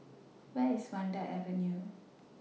Where IS Vanda Avenue